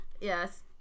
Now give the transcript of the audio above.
yes